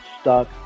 stuck